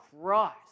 Christ